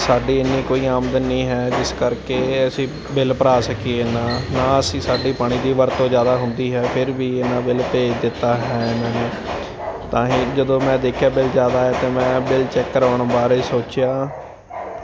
ਸਾਡੀ ਇੰਨੀ ਕੋਈ ਆਮਦਨ ਨਹੀਂ ਹੈ ਜਿਸ ਕਰਕੇ ਅਸੀਂ ਬਿੱਲ ਭਰਾ ਸਕੀਏ ਨਾ ਨਾ ਅਸੀਂ ਸਾਡੀ ਪਾਣੀ ਦੀ ਵਰਤੋਂ ਜ਼ਿਆਦਾ ਹੁੰਦੀ ਹੈ ਫਿਰ ਵੀ ਇਹਨਾਂ ਬਿੱਲ ਭੇਜ ਦਿੱਤਾ ਹੈ ਇਹਨਾਂ ਨੇ ਤਾਂ ਹੀ ਜਦੋਂ ਮੈਂ ਦੇਖਿਆ ਬਿੱਲ ਜ਼ਿਆਦਾ ਹੈ ਅਤੇ ਮੈਂ ਬਿੱਲ ਚੈਕ ਕਰਾਉਣ ਬਾਰੇ ਸੋਚਿਆ